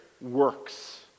works